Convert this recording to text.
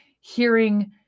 hearing